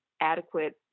adequate